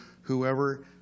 whoever